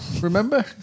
Remember